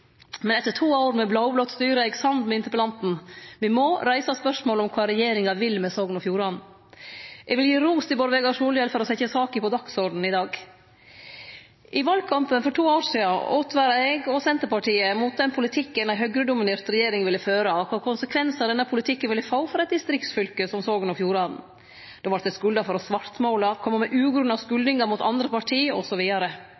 men etter to år med blå-blått styre er eg samd med interpellanten: Me må reise spørsmålet om kva regjeringa vil med Sogn og Fjordane. Eg vil gi ros til Bård Vegar Solhjell for å setje saka på dagsordenen i dag. I valkampen for to år sidan åtvara eg og Senterpartiet mot den politikken ei høgredominert regjering ville føre, og kva konsekvensar denne politikken ville få for eit distriktsfylke som Sogn og Fjordane. Då vart eg skulda for å svartmåle, kome med ugrunna